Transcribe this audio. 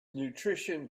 nutrition